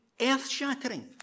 earth-shattering